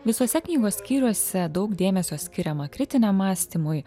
visuose knygos skyriuose daug dėmesio skiriama kritiniam mąstymui